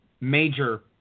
major